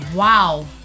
Wow